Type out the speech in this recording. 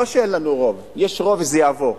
לא שאין לנו רוב, יש רוב, וזה יעבור.